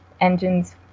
engines